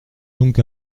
donc